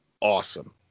awesome